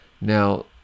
Now